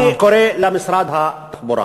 אני קורא למשרד התחבורה